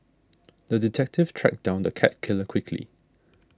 the detective tracked down the cat killer quickly